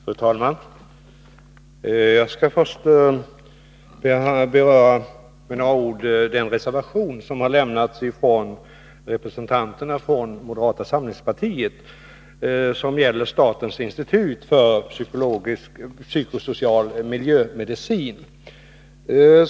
Fru talman! Jag skall först med några ord beröra den reservation som avgivits av representanterna för moderata samlingspartiet och som gäller statens institut för psykosocial miljömedicin.